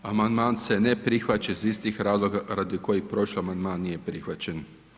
Amandman se ne prihvaća iz istih razloga radi kojih prošli amandman nije prihvaćen.